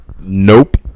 Nope